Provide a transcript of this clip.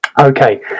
Okay